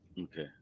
okay